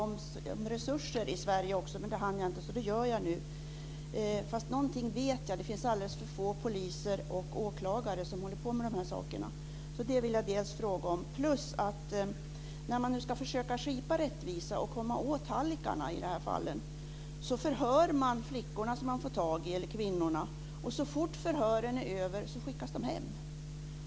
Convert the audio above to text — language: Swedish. Fru talman! Jag hade även tänkt ställa en fråga om resurser i Sverige. Men det hann jag inte, så jag gör det nu. Någonting vet jag, och det är att det finns alldeles för få poliser och åklagare som håller på med den här saken. Det vill jag fråga om. När man nu ska försöka att skipa rättvisa och komma åt hallickarna i de här fallen, förhör man flickorna eller kvinnorna som man får tag i, och så fort förhören är över skickas de hem.